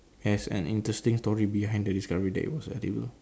has an interesting story behind the discovery that it was edible